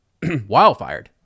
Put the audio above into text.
wildfired